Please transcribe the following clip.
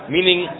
Meaning